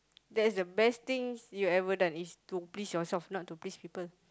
that is the best thing you've ever done is to please yourself not to please people